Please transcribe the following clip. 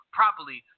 properly